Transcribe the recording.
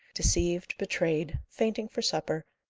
deceived, betrayed, fainting for supper,